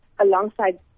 alongside